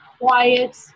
quiet